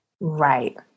Right